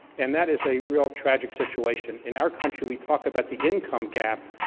and that is a real tragic situation. in our country, we talk about the income gap,